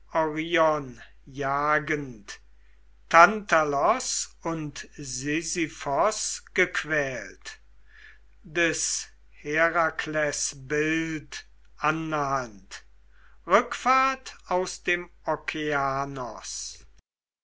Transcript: jagend tityos tantalos und sisyphos gequält des herakles bild annahend rückfahrt aus dem